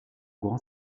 grand